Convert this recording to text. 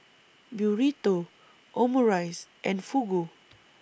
Burrito Omurice and Fugu